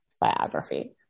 biography